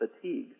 fatigue